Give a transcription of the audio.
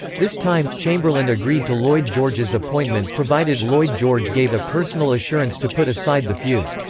this time, chamberlain agreed to lloyd george's appointment provided lloyd george gave a personal assurance to put aside the feud.